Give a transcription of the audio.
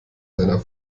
seiner